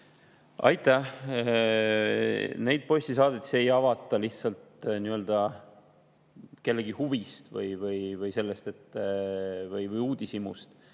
Aitäh! Postisaadetisi ei avata lihtsalt kellegi huvist või uudishimust.